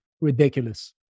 ridiculous